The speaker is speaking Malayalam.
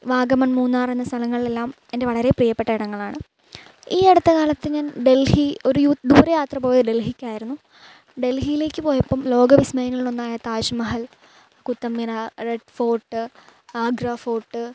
വാഗമൺ മൂന്നാർ എന്ന സ്ഥലങ്ങളിലെല്ലാം എൻ്റെ വളരെ പ്രിയപ്പെട്ട ഇടങ്ങളാണ് ഈ അടുത്ത കാലത്ത് ഞാൻ ഡൽഹി ഒരു യു ദൂര യാത്ര പോയത് ഡൽഹിക്കായിരുന്നു ഡൽഹിയിലേക്ക് പോയപ്പം ലോക വിസ്മയങ്ങളിൽ ഒന്നായ Taj Mahal Qutub Minar red fought Agra fought